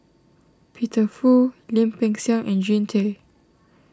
Peter Fu Lim Peng Siang and Jean Tay